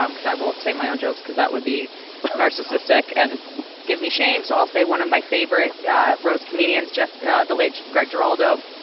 um because i won't say my own jokes because that would be narcissistic and give me shame, so i'll say one of my favorite yeah roast comedians, yeah the late greg giraldo.